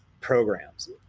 programs